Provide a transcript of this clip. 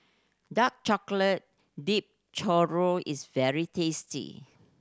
dark chocolate dipped churro is very tasty